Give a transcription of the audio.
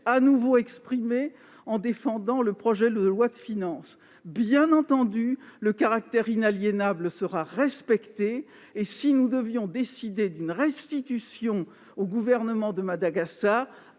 fois expliquée en défendant le projet de loi de finances. Bien entendu, le principe d'inaliénabilité sera respecté. Si nous devions décider d'une restitution au gouvernement de Madagascar,